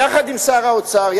יחד עם שר האוצר,